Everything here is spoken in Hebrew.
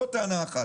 זו טענה אחת.